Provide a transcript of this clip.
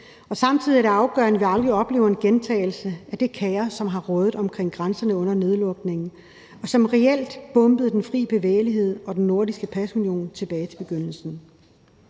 Samtidig er det afgørende, at vi aldrig oplever en gentagelse af det kaos, som har rådet omkring grænserne under nedlukningen, og som reelt bombede den fri bevægelighed og den nordiske pasunion tilbage til begyndelsen.